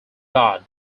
god